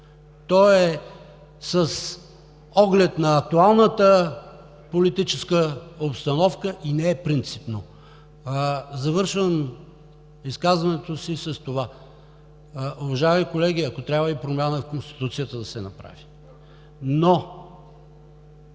то е с оглед актуалната политическа обстановка и не е принципно. Завършвам изказването си с това: уважаеми колеги, ако трябва, и промяна в Конституцията да се направи.